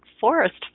forest